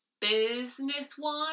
business-wise